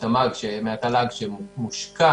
מהתל"ג, שמושקע